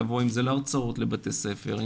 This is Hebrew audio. לבוא עם זה להרצאות לבתי ספר,